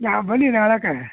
ನಾ ಬನ್ನಿ ನಾಳೆಗ